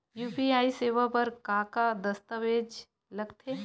UPI सेवा बर का का दस्तावेज लगथे?